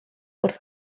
wrth